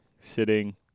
sitting